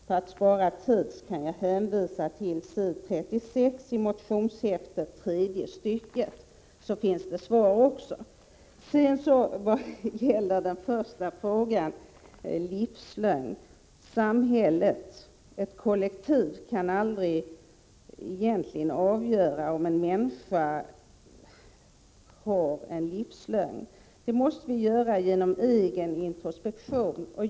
För att spara tid kan jag hänvisa till tredje stycket på s. 36 i motionshäftet. En annan fråga gällde livslögn. Samhället, ett kollektiv, kan aldrig avgöra om en människa bär på en livslögn, utan det måste varje individ avgöra genom introspektion.